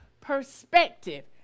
perspective